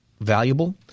valuable